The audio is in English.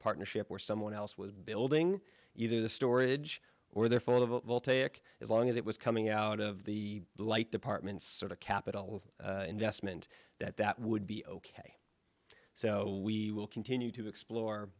partnership where someone else was building either the storage or they're full of it will take as long as it was coming out of the light departments sort of capital investment that that would be ok so we will continue to explore